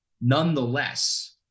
Nonetheless